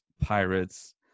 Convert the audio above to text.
pirates